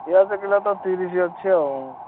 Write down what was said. ପିଆଜ କିଲୋ ତ ତିରିଶି ଅଛି ଆଉ